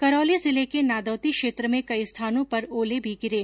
करौली जिले के नादौती क्षेत्र में कई स्थानों पर ओले भी गिर्रे